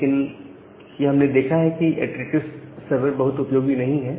लेकिन यह हमने देखा है कि इटरेटिव सर्वर बहुत उपयोगी नहीं है